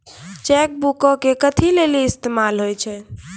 Cheque बुको के कथि लेली इस्तेमाल होय छै?